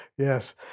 Yes